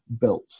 built